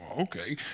okay